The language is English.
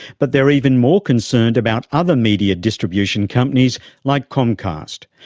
but they are even more concerned about other media distribution companies like comcast.